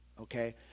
okay